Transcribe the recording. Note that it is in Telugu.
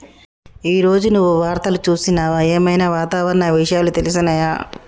ఈ రోజు నువ్వు వార్తలు చూసినవా? ఏం ఐనా వాతావరణ విషయాలు తెలిసినయా?